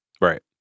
Right